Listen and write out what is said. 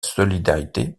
solidarité